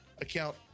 account